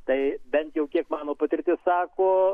tai bent jau kiek mano patirtis sako